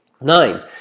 Nine